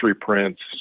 prints